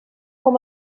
com